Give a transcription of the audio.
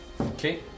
Okay